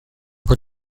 con